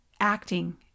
acting